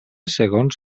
segons